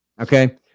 Okay